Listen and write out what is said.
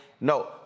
No